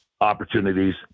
opportunities